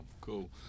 cool